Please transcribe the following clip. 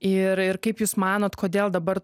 ir ir kaip jūs manot kodėl dabar